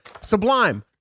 Sublime